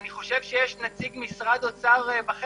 אני חושב שיש נציג משרד אוצר בחדר,